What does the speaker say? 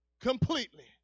completely